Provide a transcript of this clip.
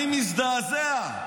אני מזדעזע.